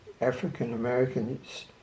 African-Americans